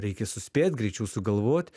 reikia suspėt greičiau sugalvot